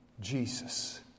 Jesus